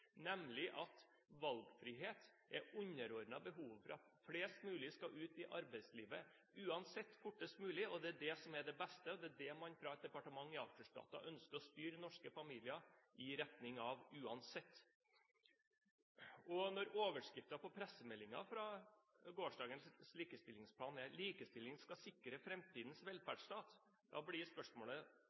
nemlig at valgfrihet er underordnet behovet for at flest mulig skal ut i arbeidslivet, uansett, fortest mulig – det er det som er det beste, og det er det man fra et departement i Akersgata ønsker å styre norske familier i retning av, uansett. Overskriften på pressemeldingen i går om likestillingsplanen er: «Likestilling skal sikre framtidens velferdsstat.» Da blir spørsmålet: